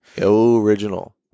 Original